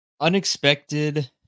Unexpected